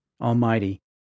Almighty